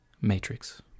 Matrix